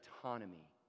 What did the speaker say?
autonomy